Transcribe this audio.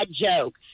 joke